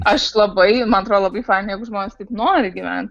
aš labai man atrodo labai faina jeigu žmonės taip nori gyvent